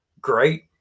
Great